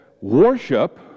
Worship